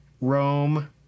rome